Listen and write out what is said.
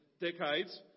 decades